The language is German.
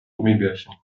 gummibärchen